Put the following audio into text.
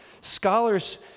scholars